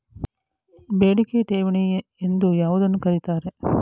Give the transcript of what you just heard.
ಬೇಡಿಕೆ ಠೇವಣಿ ಎಂದು ಯಾವುದನ್ನು ಕರೆಯುತ್ತಾರೆ?